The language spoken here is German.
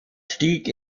stieg